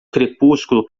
crepúsculo